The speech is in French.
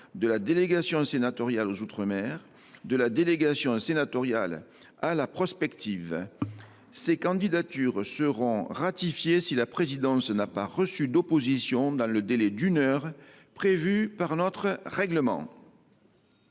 de la délégation sénatoriale aux outre mer ; de la délégation sénatoriale à la prospective. Ces candidatures seront ratifiées si la présidence n’a pas reçu d’opposition dans le délai d’une heure prévu par notre règlement.